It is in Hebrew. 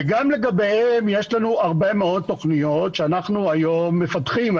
וגם לגביהם יש לנו הרבה מאוד תוכניות שאנחנו היום מפתחים.